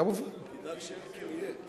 מי שכאן כאן, ומי שלא כאן לא כאן.